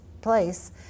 place